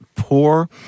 poor